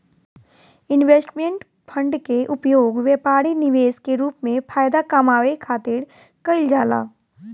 investment fund के उपयोग व्यापारी निवेश के रूप में फायदा कामये खातिर कईल जाला